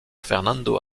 fernando